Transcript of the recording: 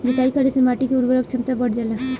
जुताई करे से माटी के उर्वरक क्षमता बढ़ जाला